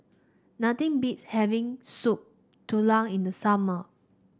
nothing beats having Soup Tulang in the summer